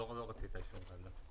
לא רצית אישור ועדה.